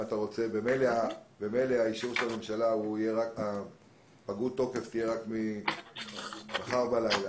ממילא התוקף יפוג רק מחר בלילה.